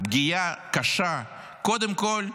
פגיעה קשה קודם כול,